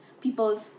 people's